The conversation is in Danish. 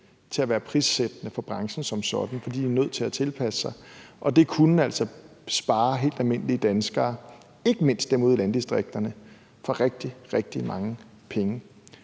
til at være prissættende for branchen som sådan det, fordi de er nødt til at tilpasse sig. Og det kunne altså spare helt almindelige danskere – ikke mindst dem ude i landdistrikterne – for rigtig, rigtig mange penge.